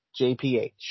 JPH